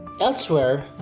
elsewhere